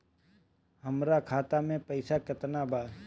हमरा खाता में पइसा केतना बा?